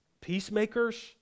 peacemakers